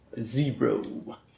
Zero